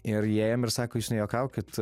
ir įėjom ir sako jūs nejuokaukit